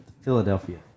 Philadelphia